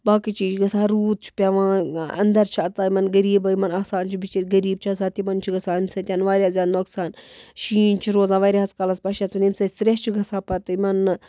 باقٕے چیٖز چھِ گژھان روٗد چھُ پٮ۪وان اَندَر چھِ اَژان یِمَن غریٖبہٕ یِمَن آسان چھِ بِچٲرۍ غریٖب چھِ آسان تِمَن چھُ گژھان اَمۍ سۭتۍ واریاہ زیادٕ نۄقصان شیٖن چھِ روزان واریاہَس کالَس پَتہٕ چھِ ییٚمۍ سۭتۍ سرٛیٚح چھُ گژھان پَتہٕ یِمَن